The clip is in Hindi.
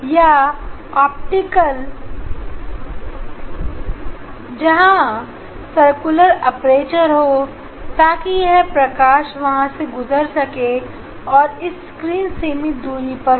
या ऑप्टिकल जहां सर्कुलर अपर्चर हो ताकि यह प्रकाश वहां से गुजर सके और इस स्क्रीन सीमित दूरी पर हो